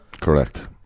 correct